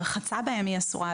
הרחצה בהם אסורה,